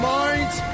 minds